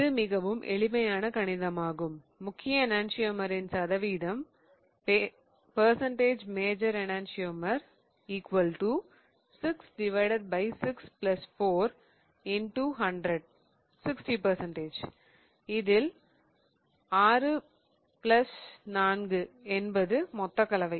இது மிகவும் எளிமையான கணிதமாகும் முக்கிய எணன்சியமரின் சதவீதம் இதில் 64 என்பது மொத்த கலவை